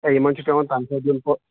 ہے یِمن چھُ پیٚوان تنخواہ دیُن